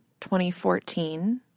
2014